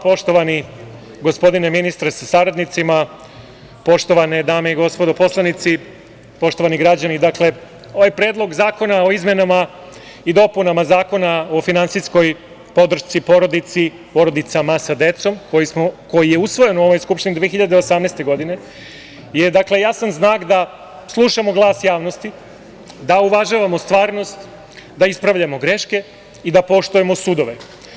Poštovani gospodine ministre sa saradnicima, poštovane dame i gospodo poslanici, poštovani građani, ovaj Predlog zakona o izmenama i dopunama Zakona o finansijskoj podršci porodicama sa decom, koji je usvojen u ovoj Skupštini 2018. godine, je jasan znak da slušamo glas javnosti, da uvažavamo stvarnost, da ispravljamo greške i da poštujemo sudove.